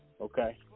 okay